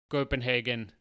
Copenhagen